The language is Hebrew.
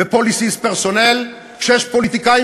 ו- ,personnel policiesוכשיש פוליטיקאים